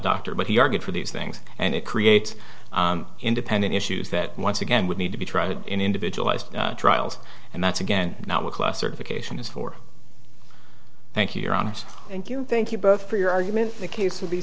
doctor but he argued for these things and it creates independent issues that once again would need to be tried in individualized trials and that's again not what class certification is for thank you your honest thank you thank you both for your argument the case